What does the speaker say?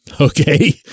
Okay